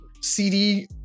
cd